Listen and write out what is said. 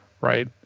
right